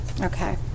Okay